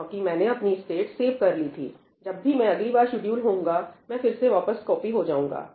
क्योंकि मैंने अपनी स्टेट सेव कर ली थी जब भी मैं अगली बार शेड्यूल्ड होऊगां मैं फिर से वापस कॉपी हो जाऊंगा